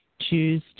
choose